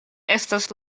estas